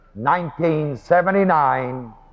1979